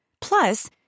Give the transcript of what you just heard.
Plus